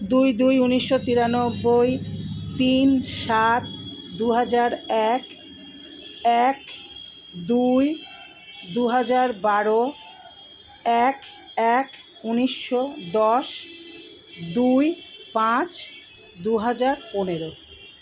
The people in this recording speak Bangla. দুই দুই উনিশশো তিরানব্বই তিন সাত দুহাজার এক এক দুই দু হাজার বারো এক এক উনিশশো দশ দুই পাঁচ দুহাজার পনেরো